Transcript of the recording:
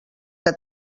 que